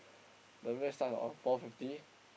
the rest are on four fifty